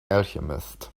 alchemist